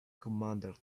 commander